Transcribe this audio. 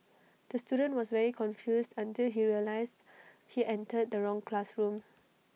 the student was very confused until he realised he entered the wrong classroom